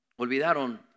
olvidaron